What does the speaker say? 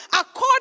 according